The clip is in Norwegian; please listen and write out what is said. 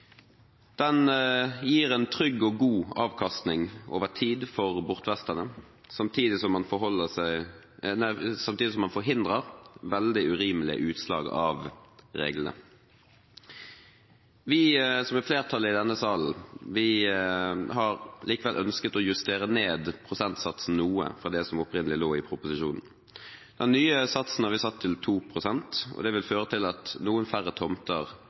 Den gir en trygg og god avkastning over tid for bortfesterne, samtidig som man forhindrer veldig urimelige utslag av reglene. Vi som er flertallet i denne salen, har likevel ønsket å justere ned prosentsatsen noe fra det som opprinnelig lå i proposisjonen. Den nye satsen har vi satt til 2 pst., og det vil føre til at noen færre tomter